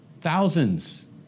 thousands